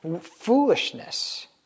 foolishness